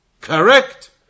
correct